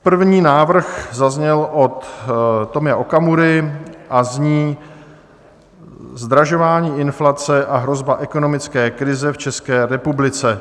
První návrh zazněl od Tomia Okamury a zní Zdražování, inflace a hrozba ekonomické krize v České republice.